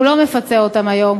והוא לא מפצה אותם היום.